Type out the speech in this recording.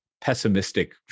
pessimistic